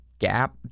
gap